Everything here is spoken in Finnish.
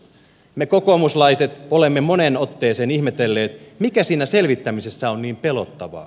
me kokoomuslaiset olemme moneen otteeseen ihmetelleet mikä siinä selvittämisessä on niin pelottavaa